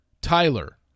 Tyler